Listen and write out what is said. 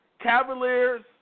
Cavaliers